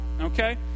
Okay